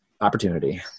opportunity